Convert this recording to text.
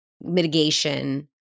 mitigation